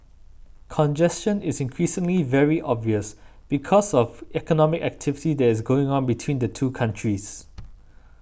congestion is increasingly very obvious because of economic activity that is going on between the two countries